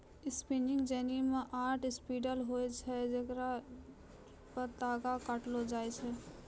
spinning jenny मे आठ spindle होय छलै जेकरा पे तागा काटलो जाय छलै